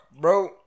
bro